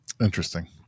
Interesting